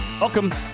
Welcome